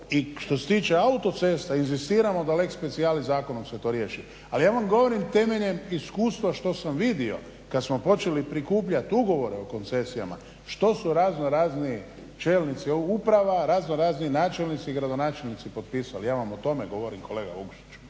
što se tiče autocesta inzistiramo da lex specialis zakonom se to riješi. Ali ja vam govorim temeljem iskustva što sam vidio kad smo počeli prikupljat ugovore o koncesijama što su razno razni čelnici uprava, razno razni načelnici, gradonačelnici potpisali. Ja vam o tome govorim kolega Vukšiću.